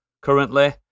currently